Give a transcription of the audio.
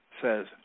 says